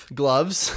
gloves